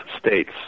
states